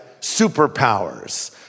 superpowers